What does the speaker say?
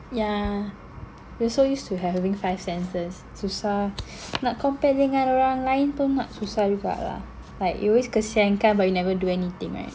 yeah we're so used to having five senses susah nak compare dengan orang lain pun nak susah juga lah like we always kasihankan but we never do anything right